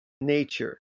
nature